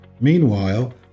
Meanwhile